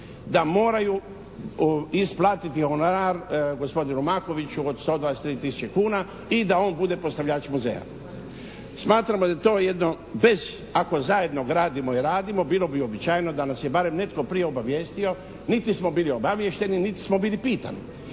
da moraju isplatiti honorar gospodinu Makoviću od 123 tisuće kuna i da on bude postavljač muzeja. Smatramo da je to jedno bez ako zajedno gradimo i radimo, bilo bi uobičajeno da nas je barem netko prije obavijestio. Niti smo bili obaviješteni, niti smo bili pitani.